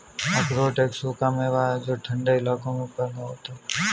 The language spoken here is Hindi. अखरोट एक सूखा मेवा है जो ठन्डे इलाकों में पैदा होता है